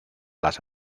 las